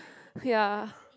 ya